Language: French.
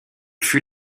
fut